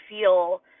feel